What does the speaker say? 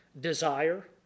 Desire